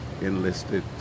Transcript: enlisted